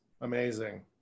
Amazing